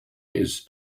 his